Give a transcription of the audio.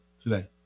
Today